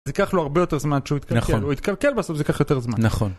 יקח לו הרבה יותר זמן שהוא יתקלקל בסוף יקח יותר זמן נכון.